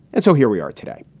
and so here we are today,